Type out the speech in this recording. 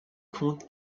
compte